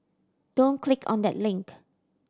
don't click on that link